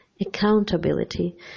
accountability